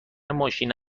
ماشین